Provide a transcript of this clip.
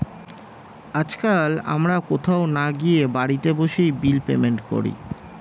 আজকাল আমরা কোথাও না গিয়ে বাড়িতে বসে বিল পেমেন্ট করি